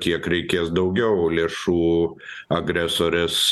kiek reikės daugiau lėšų agresorės